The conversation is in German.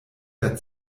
der